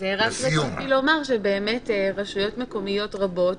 רציתי לומר שבאמת רשויות מקומיות רבות